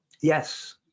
Yes